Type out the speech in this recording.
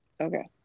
Okay